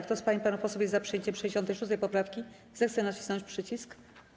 Kto z pań i panów posłów jest za przyjęciem 66. poprawki, zechce nacisnąć przycisk.